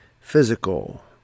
physical